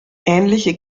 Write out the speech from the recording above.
ähnliche